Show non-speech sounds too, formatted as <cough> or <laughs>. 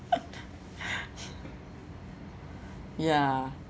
<laughs> ya